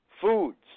foods